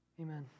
Amen